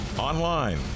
Online